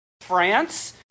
France